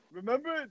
remember